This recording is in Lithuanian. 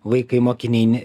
vaikai mokiniai ne